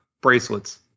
bracelets